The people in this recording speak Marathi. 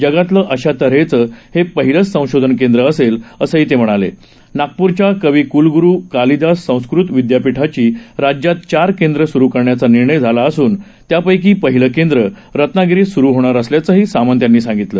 जगातलं अशा तऱ्हेचं हे पहिलंच संशोधन केंद्र असेल असं त्यांनी सांगितलं नागप्रच्या कविक्लग्रू कालिदास संस्कृत विद्यापीठाची राज्यात चार केंद्रं स्रू करण्याचा निर्णय झाला असून त्यापक्की पहिलं केंद्र रत्नागिरीत सुरू होणार असल्याचंही सामंत यांनी सांगितलं